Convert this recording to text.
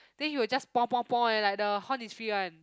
then he will just eh like the horn is free one